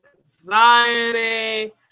anxiety